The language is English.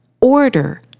order